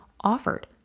offered